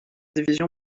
division